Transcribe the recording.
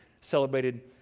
celebrated